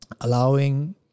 allowing